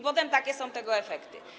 Potem takie są tego efekty.